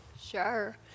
Sure